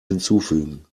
hinzufügen